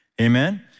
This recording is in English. Amen